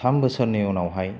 थाम बोसोरनि उनावहाय